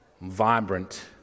vibrant